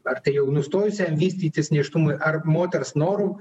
ar tai jau nustojus jam vystytis nėštumui ar moters noru